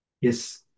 Yes